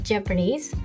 Japanese